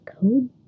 code